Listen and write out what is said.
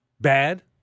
bad